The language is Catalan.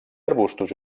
arbusts